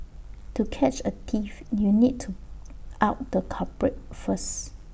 to catch A thief you need to out the culprit first